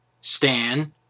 Stan